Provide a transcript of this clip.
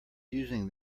using